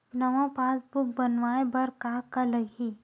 नवा पासबुक बनवाय बर का का लगही?